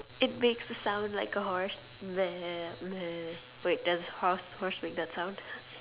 it makes a sound like a horse wait does horse horse make that sound